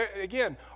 again